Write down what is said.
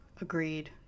agreed